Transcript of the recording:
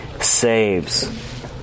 saves